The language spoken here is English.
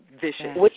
vicious